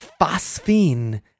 phosphine